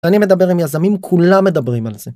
אני מדבר עם יזמים, כולם מדברים על זה.